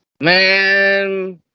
Man